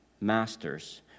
masters